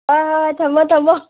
ꯑꯥ ꯊꯝꯃꯣ ꯊꯝꯃꯣ